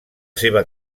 seva